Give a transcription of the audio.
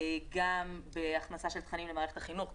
גם בהכנסה של תכנים למערכת החינוך,